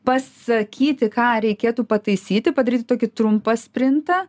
pasakyti ką reikėtų pataisyti padaryti tokį trumpą sprintą